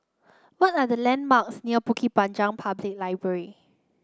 what are the landmarks near Bukit Panjang Public Library